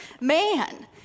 man